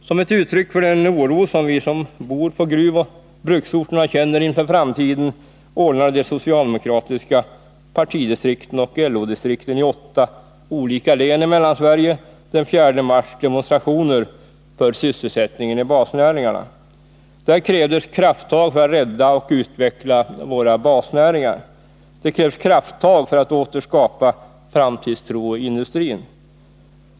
Som ett uttryck för den oro som vi som bor på gruvoch bruksorterna känner inför framtiden ordnade de socialdemokratiska partidistrikten och LO-distrikten i åtta olika län i Mellansverige den 4 mars demonstrationer för sysselsättningen i basnäringarna. Därvid krävdes krafttag för att rädda och utveckla våra basnäringar. Det fordras krafttag för att åter skapa framtidstro i industrin.